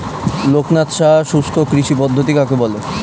লোকনাথ সাহা শুষ্ককৃষি পদ্ধতি কাকে বলে?